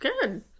Good